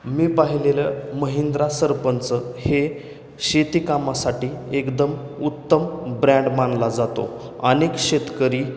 मी पाहिलेलं महिंद्रा सरपंच हे शेतीकामासाठी एकदम उत्तम ब्रँड मानला जातो अनेक शेतकरी